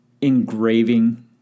Engraving